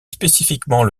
spécifiquement